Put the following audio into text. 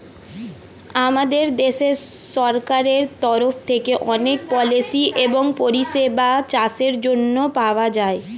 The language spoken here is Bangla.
আমাদের দেশের সরকারের তরফ থেকে অনেক পলিসি এবং পরিষেবা চাষের জন্যে পাওয়া যায়